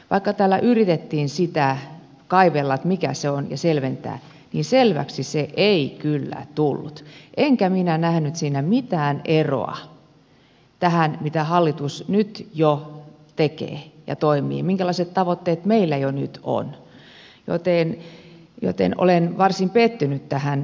vaikka täällä yritettiin sitä kaivella mikä se on ja selventää niin selväksi se ei kyllä tullut enkä minä nähnyt siinä mitään eroa tähän mitä hallitus nyt jo tekee ja miten toimii minkälaiset tavoitteet meillä jo nyt on joten olen varsin pettynyt tähän välikysymykseen